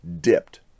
dipped